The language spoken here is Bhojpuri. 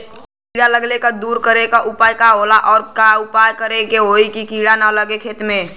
कीड़ा लगले के दूर करे के उपाय का होला और और का उपाय करें कि होयी की कीड़ा न लगे खेत मे?